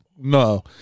No